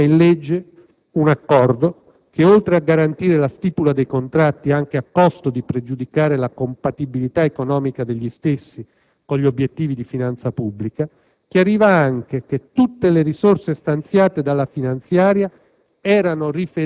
che traduceva in legge un accordo che, oltre a garantire la stipula dei contratti anche a costo di pregiudicare la compatibilità economica degli stessi con gli obiettivi di finanza pubblica, chiariva anche che tutte le risorse stanziate dalla finanziaria